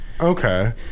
okay